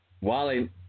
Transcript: Wally